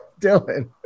Dylan